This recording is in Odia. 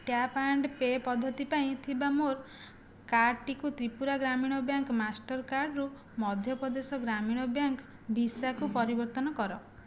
ଟ୍ୟାପ୍ ଆଣ୍ଡ ପେ ପଦ୍ଧତି ପାଇଁ ଥିବା ମୋର କାର୍ଡ଼ଟିକୁ ତ୍ରିପୁରା ଗ୍ରାମୀଣ ବ୍ୟାଙ୍କ ମାଷ୍ଟର୍କାର୍ଡ଼ରୁ ମଧ୍ୟପ୍ରଦେଶ ଗ୍ରାମୀଣ ବ୍ୟାଙ୍କ ଭିସାକୁ ପରିବର୍ତ୍ତନ କର